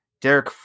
Derek